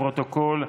לפרוטוקול.